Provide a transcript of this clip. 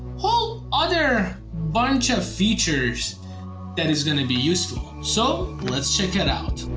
all other bunch of features that is gonna be useful. so let's check it out.